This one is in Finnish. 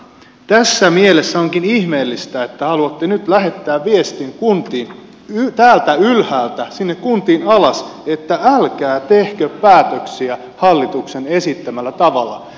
tässä mielessä onkin ihmeellistä että haluatte nyt lähettää viestin kuntiin täältä ylhäältä sinne kuntiin alas että älkää tehkö päätöksiä hallituksen esittämällä tavalla